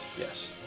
Yes